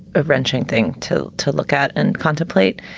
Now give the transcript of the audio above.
a wrenching thing to to look at and contemplate.